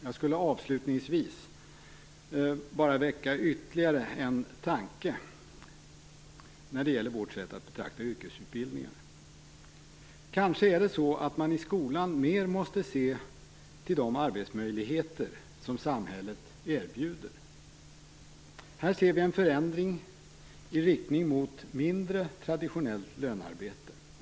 Jag skall avslutningsvis väcka ytterligare en tanke när det gäller vårt sätt att betrakta yrkesutbildningar. Kanske måste man i skolan mer se till de arbetsmöjligheter som samhället erbjuder. Vi ser en förändring i riktning mot mindre traditionellt lönearbete.